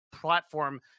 platform